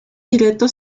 directo